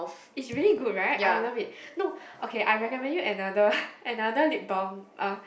is really good right I love it no okay I recommend you another another lip balm